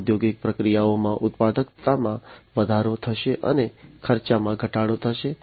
ઔદ્યોગિક પ્રક્રિયાઓમાં ઉત્પાદકતામાં વધારો થશે અને ખર્ચમાં ઘટાડો થશે